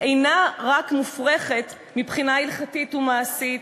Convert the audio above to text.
אינה רק מופרכת מבחינה הלכתית ומעשית,